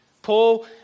Paul